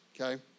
okay